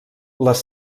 les